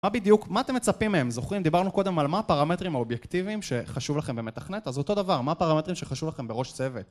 מה בדיוק, מה אתם מצפים מהם? זוכרים, דיברנו קודם על מה הפרמטרים האובייקטיביים, ש...חשוב לכם במתכנת, אז אותו דבר, מה הפרמטרים שחשוב לכם בראש צוות?